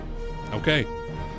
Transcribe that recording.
Okay